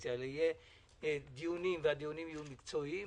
ואופוזיציה אלא שיהיו דיונים מקצועיים.